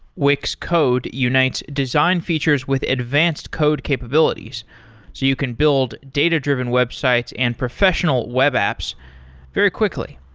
wix code unites design features with advanced code capabilities, so you can build data-driven websites and professional web apps very quickly.